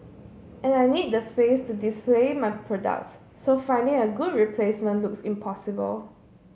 and I need the space to display my products so finding a good replacement looks impossible